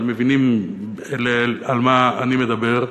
אבל מבינים על מה אני מדבר,